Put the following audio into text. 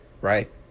right